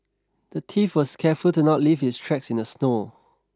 the thief was careful to not leave his tracks in the snow